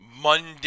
Monday